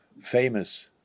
famous